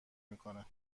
میکنه